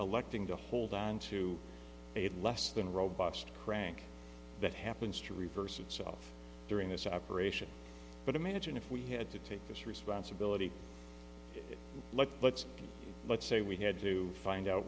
electing to hold onto it less than robust crank that happens to reverse itself during this operation but imagine if we had to take this responsibility let's let's let's say we had to find out